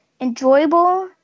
enjoyable